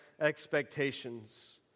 expectations